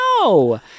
No